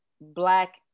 black